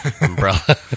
Umbrella